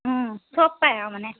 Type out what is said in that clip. চব পাই আৰু মানে